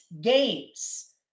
games